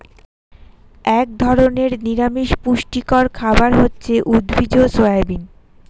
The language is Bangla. এক ধরনের নিরামিষ পুষ্টিকর খাবার হচ্ছে উদ্ভিজ্জ সয়াবিন